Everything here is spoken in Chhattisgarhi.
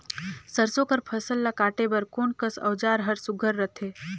सरसो कर फसल ला काटे बर कोन कस औजार हर सुघ्घर रथे?